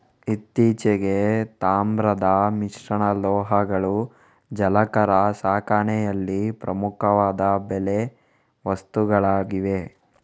ಇತ್ತೀಚೆಗೆ, ತಾಮ್ರದ ಮಿಶ್ರಲೋಹಗಳು ಜಲಚರ ಸಾಕಣೆಯಲ್ಲಿ ಪ್ರಮುಖವಾದ ಬಲೆ ವಸ್ತುಗಳಾಗಿವೆ